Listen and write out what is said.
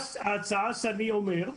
ההצעה שאני אומר,